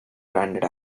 branded